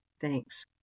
Thanks